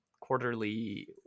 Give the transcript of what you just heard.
quarterly